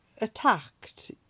attacked